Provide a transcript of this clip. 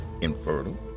infertile